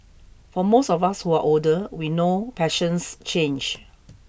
for most of us who are older we know passions change